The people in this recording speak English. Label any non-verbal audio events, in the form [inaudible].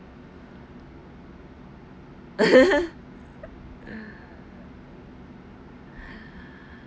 [laughs]